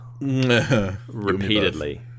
repeatedly